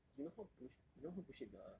you know how bullshit you know how bullshit the